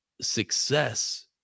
success